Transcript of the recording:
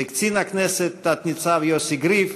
לקצין הכנסת תת-ניצב יוסי גריף,